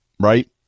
right